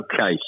Okay